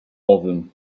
owym